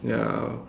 ya